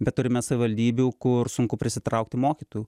bet turime savivaldybių kur sunku prisitraukti mokytojų